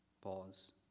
Pause